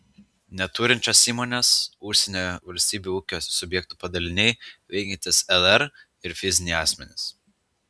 neturinčios įmonės užsienio valstybių ūkio subjektų padaliniai veikiantys lr ir fiziniai asmenys